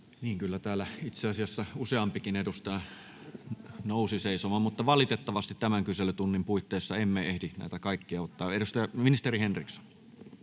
kyllä täällä itse asiassa useampikin edustaja nousi seisomaan, [Arja Juvonen: Kyllä täällä noustiin!] mutta valitettavasti tämän kyselytunnin puitteissa emme ehdi näitä kaikkia ottaa. — Ministeri Henriksson.